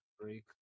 break